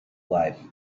life